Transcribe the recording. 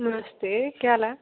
नमस्ते केह् हाल ऐ